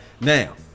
Now